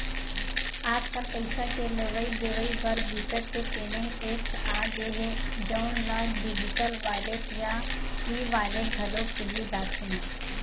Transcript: आजकल पइसा के लेवइ देवइ बर बिकट के पेमेंट ऐप्स आ गे हे जउन ल डिजिटल वॉलेट या ई वॉलेट घलो केहे जाथे